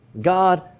God